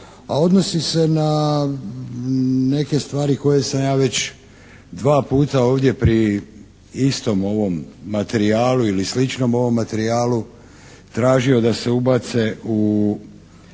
odnosi se na neke stvari koje sam ja već dva puta ovdje pri istom ovom materijalu ili sličnom ovom